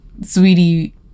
sweetie